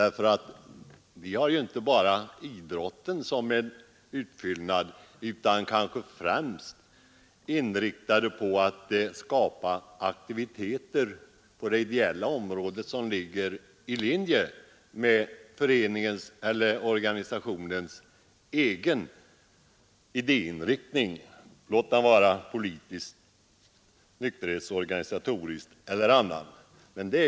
De arbetar inte bara med idrotten utan är kanske främst inriktade på att skapa aktiviteter på det ideella område som ligger i linje med föreningens eller organisationens egen idéinriktning — politisk, nykterhetsorganisatorisk eller annan.